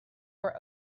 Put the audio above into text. were